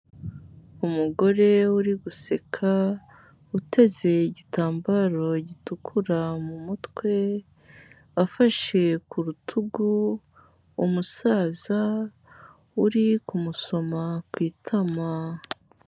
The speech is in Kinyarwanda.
Umugore uri guseka uteze igitambaro gitukura mu mutwe afashe ku rutugu umusaza uri kumusoma ku itama.